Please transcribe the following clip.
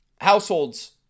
households